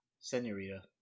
Senorita